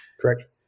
Correct